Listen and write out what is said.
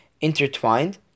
intertwined